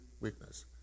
weakness